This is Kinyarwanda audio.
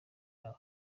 nawe